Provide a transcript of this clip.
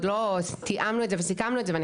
עוד לא תיאמנו את זה וסיכמנו את זה ואני